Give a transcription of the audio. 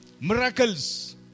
Miracles